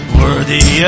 worthy